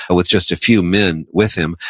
but with just a few men with him,